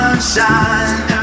Sunshine